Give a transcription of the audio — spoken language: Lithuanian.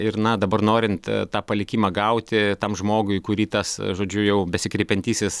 ir na dabar norint tą palikimą gauti tam žmogui kurį tas žodžiu jau besikreipiantysis